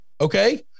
Okay